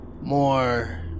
More